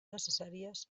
necessàries